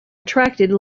attracted